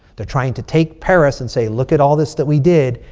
they're trying to take paris. and say look at all this that we did.